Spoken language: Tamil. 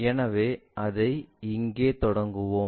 எனவே அதை இங்கே தொடங்குவோம்